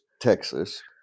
Texas